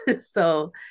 So-